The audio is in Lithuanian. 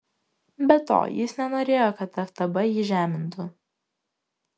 be to jis nenorėjo kad ftb jį žemintų